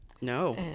No